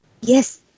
Yes